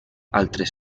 altres